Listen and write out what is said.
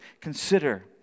consider